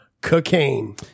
cocaine